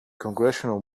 congressional